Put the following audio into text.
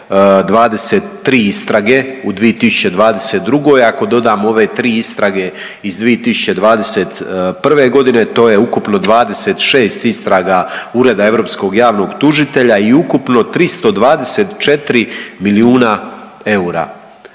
23 istrage u 2022., ako dodamo ove tri istrage iz 2021.g. to je ukupno 26 istraga Ureda europskog javnog tužitelja i ukupno 324 milijuna eura.